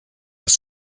has